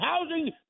housing